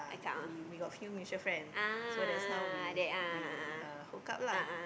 we we got few mutual friends so that's how we we uh hook up lah